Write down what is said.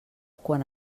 quan